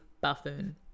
buffoon